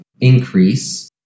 increase